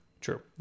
True